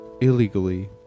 Illegally